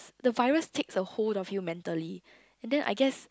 the virus takes the whole of you mentally and then I guess